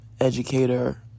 educator